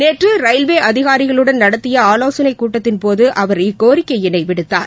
நேற்றுரயில்வேஅதிகாரிகளுடன் நடத்தியஆலோசனைக்கூட்டத்தின்போதுஅவர் இக்கோரிக்கையினைவிடுத்தார்